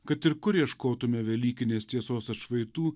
kad ir kur ieškotume velykinės tiesos atšvaitų